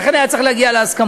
ולכן היה צריך להגיע להסכמות.